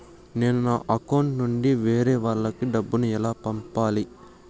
నేను నా అకౌంట్ నుండి వేరే వాళ్ళకి డబ్బును ఎలా పంపాలి?